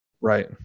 Right